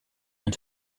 and